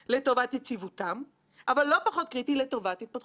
2005 התפתחו כאן בנקים קטנים בשוק החוץ-בנקאי,